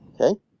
Okay